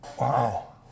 Wow